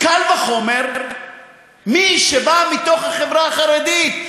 קל וחומר מי שבא מתוך החברה החרדית.